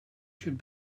should